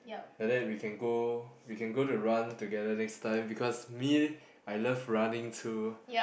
like that we can go we can go to run together next time because me I love running too